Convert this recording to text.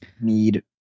need